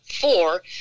four